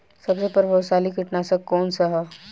सबसे प्रभावशाली कीटनाशक कउन सा ह?